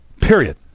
Period